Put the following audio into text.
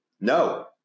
No